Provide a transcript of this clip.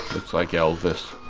like elvis.